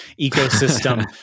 ecosystem